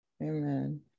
Amen